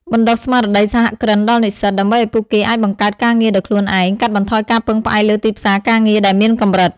បណ្តុះស្មារតីសហគ្រិនដល់និស្សិត ដើម្បីឱ្យពួកគេអាចបង្កើតការងារដោយខ្លួនឯង កាត់បន្ថយការពឹងផ្អែកលើទីផ្សារការងារដែលមានកម្រិត។